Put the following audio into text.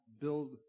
build